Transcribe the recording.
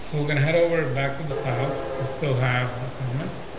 we're gonna head over back to the styles. we still have her comment.